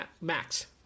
Max